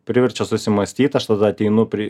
priverčia susimąstyt aš tada ateinu prie